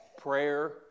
prayer